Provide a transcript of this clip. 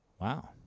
Wow